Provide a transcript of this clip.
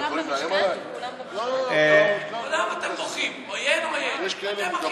כל היום אתם בוכים, עוין, עוין.